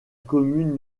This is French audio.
commune